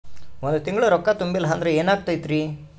ಒಂದ ತಿಂಗಳ ರೊಕ್ಕ ತುಂಬಿಲ್ಲ ಅಂದ್ರ ಎನಾಗತೈತ್ರಿ?